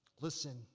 Listen